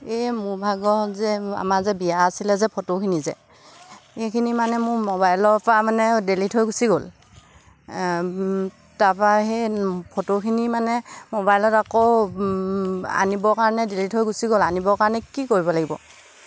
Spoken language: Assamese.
এই মোৰ ভাগৰ যে আমাৰ যে বিয়া আছিলে যে ফটোখিনি যে এইখিনি মানে মোৰ মোবাইলৰপৰা মানে ডেলিট হৈ গুচি গ'ল তাৰপৰা সেই ফটোখিনি মানে মোবাইলত আকৌ আনিবৰ কাৰণে ডেলিট হৈ গুচি গ'ল আনিবৰ কাৰণে কি কৰিব লাগিব